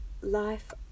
Life